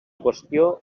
qüestió